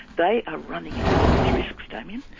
they are running enormous risks, damien.